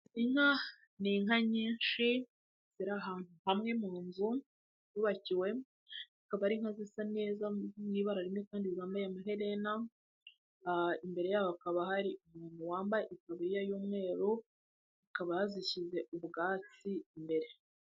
Inka ni inka nyinshi, ziri ahantu hamwe mu nzu, zubakiwe. Akaba ari inka zisa neza mu ibara rimwe kandi zambaye amaherena, imbere yaho hakaba hari umuntu wambaye itaburiya y'umweru. akaba yazishyize ubwatsi imbere.